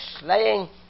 slaying